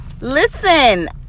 Listen